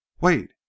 Wait